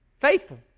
Faithful